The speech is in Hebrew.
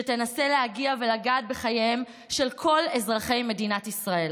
שתנסה להגיע ולגעת בחייהם של כל אזרחי מדינת ישראל